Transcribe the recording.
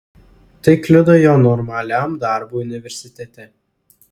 tai kliudo jo normaliam darbui universitete